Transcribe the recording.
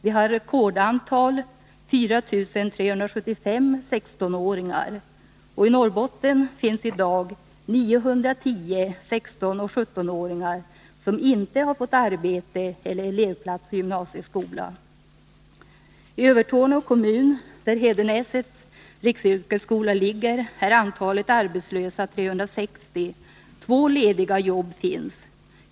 Vi har rekordantal — 4 375 16-åringar. Och i Norrbotten finns i dag 910 16 och 17-åringar som inte har fått arbete eller elevplats i gymnasieskola. I Övertorneå kommun, där Hedenäsets riksyrkesskola ligger, är antalet arbetslösa 360. Två lediga jobb finns.